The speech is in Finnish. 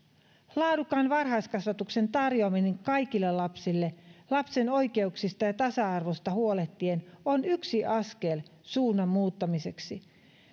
laadukkaan varhaiskasvatuksen tarjoaminen kaikille lapsille lapsen oikeuksista ja tasa arvosta huolehtien on yksi askel suunnan muuttamiseksi